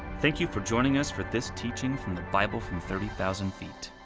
thank you for joining us for this teaching from the bible from thirty thousand feet.